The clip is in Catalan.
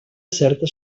certa